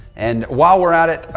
and while we're at it,